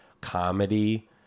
comedy